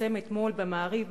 שפרסם אתמול ב"מעריב",